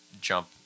jump